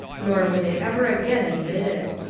nor were they ever again ad mitted.